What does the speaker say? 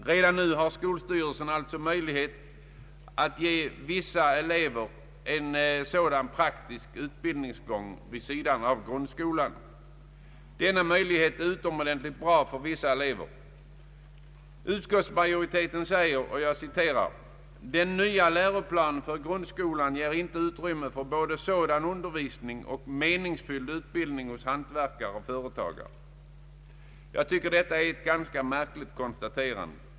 Nu har skolstyrelsen alltså möjlighet att ge vissa elever en sådan praktisk utbildningsgång vid sidan av grundskolan. Denna möjlighet är utomordentligt bra för vissa elever. Utskottet framhåller: ”Den nya läroplanen för grundskolan ger emellertid inte utrymme för både sådan undervisning och meningsfylld utbildning hos hantverkare eller företagare ———.” Jag tycker att detta är ett ganska märkligt konstaterande.